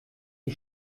die